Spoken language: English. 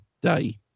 day